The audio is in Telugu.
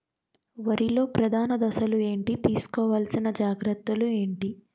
వరిలో ప్రధాన దశలు ఏంటి? తీసుకోవాల్సిన జాగ్రత్తలు ఏంటి?